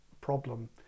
problem